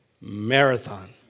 marathon